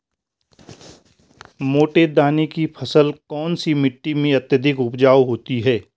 मोटे दाने की फसल कौन सी मिट्टी में अत्यधिक उपजाऊ होती है?